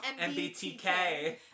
MBTK